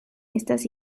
estas